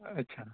اچھا